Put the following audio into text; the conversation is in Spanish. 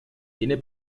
tiene